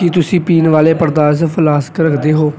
ਕੀ ਤੁਸੀਂ ਪੀਣ ਵਾਲੇ ਪਦਾਰਥ ਫਲਾਸਕ ਰੱਖਦੇ ਹੋ